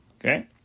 Okay